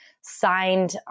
signed